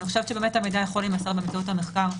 המידע יכול להימסר באמצעות המחקר,